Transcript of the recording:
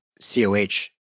COH